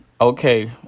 Okay